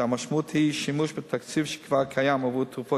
כשהמשמעות היא שימוש בתקציב שכבר קיים עבור תרופות